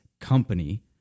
company